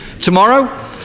Tomorrow